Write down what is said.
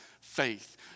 faith